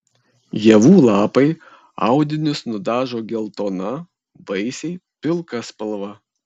ievų lapai audinius nudažo geltona vaisiai pilka spalva